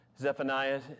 Zephaniah